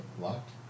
Locked